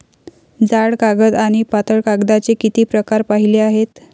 जाड कागद आणि पातळ कागदाचे किती प्रकार पाहिले आहेत?